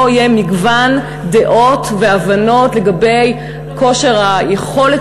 לא יהיה מגוון דעות והבנות לגבי כושר היכולת